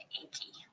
achy